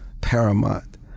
paramount